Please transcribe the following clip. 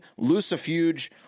Lucifuge